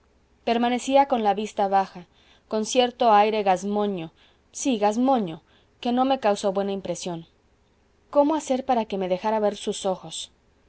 permanecía con la vista baja con cierto aire gazmoño sí gazmoño que no me causó buena impresión cómo hacer para que me dejara ver sus ojos